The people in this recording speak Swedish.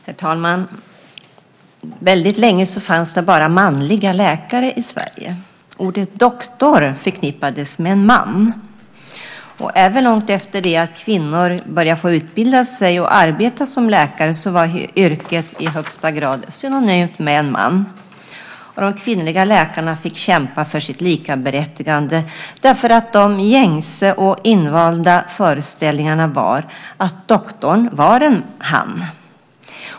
Herr talman! Väldigt länge fanns det bara manliga läkare i Sverige. Ordet doktor förknippades med en man. Även långt efter det att kvinnor börjat få utbilda sig och arbeta som läkare var yrket i högsta grad synonymt med en man. De kvinnliga läkarna fick kämpa för sitt likaberättigande därför att de gängse och invanda föreställningarna var att doktorn var en han.